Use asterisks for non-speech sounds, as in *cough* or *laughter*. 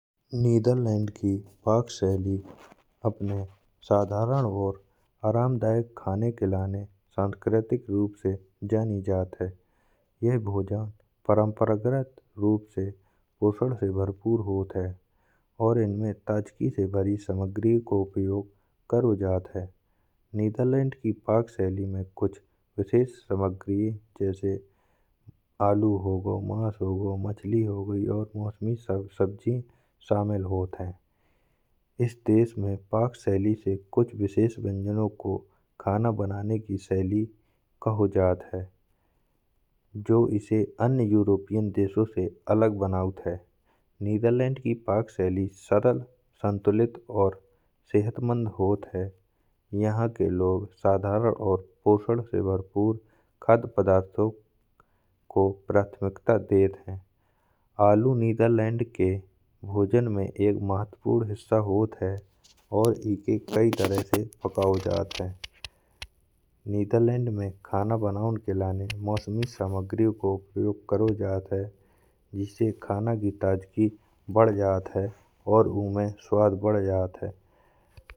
नेदरलैंड की पाक शैली अपने साधारण और आरामदायक खाने के लिए सांस्कृतिक रूप से जानी जाती है। यह भोजन परंपरागत रूप से पोषण से भरपूर होते हैं और इनमें ताजगी से भरी सामग्री का उपयोग किया जाता है। नेदरलैंड की पाक शैली में कुछ विशेष सामग्री जैसे आलू हो गया मांस हो गया मछली हो गई और मौसम सब सब्ज़ी शामिल होते हैं। इस देश में पाक शैली से कुछ विशेष व्यंजनों को खाना बनाने की शैली कहा जाता है जो इसे अन्य यूरोपीय देशों से अलग बनाती है। नेदरलैंड की पाक शैली सरल संतुलित और सेहतमंद होती है। यहां के लोग साधारण और पोषण से भरपूर खाद्य पदार्थों को प्राथमिकता देते हैं। आलू नेदरलैंड के भोजन में एक महत्वपूर्ण हिस्सा होते हैं और इन्हें कई तरह से पकाया जाता है नेदरलैंड में खाना बनाने *noise* के लिए मौसमी *noise* सामग्री का प्रयोग किया जाता है। इससे खाने की ताजगी बढ़ जाती है और उसमें स्वाद बढ़ जाता है।